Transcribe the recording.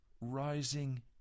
rising